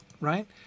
right